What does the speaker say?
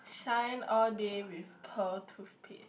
shine all day with pearl tooth paste